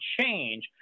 change